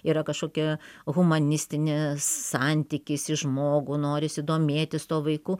yra kažkokia humanistinis santykis į žmogų norisi domėtis tuo vaiku